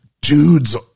dude's